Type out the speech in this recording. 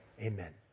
Amen